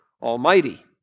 Almighty